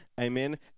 Amen